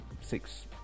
six